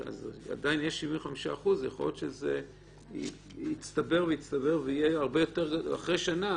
עדיין יש 75% - יכול להיות שזה יצטבר ויצטבר ואחרי שנה